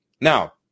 Now